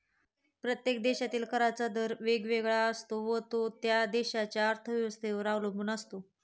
प्रत्येक देशातील कराचा दर वेगवेगळा असतो व तो त्या देशाच्या अर्थव्यवस्थेवर अवलंबून असतो